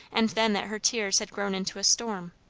and then that her tears had grown into a storm.